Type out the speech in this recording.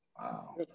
wow